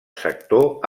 sector